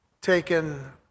taken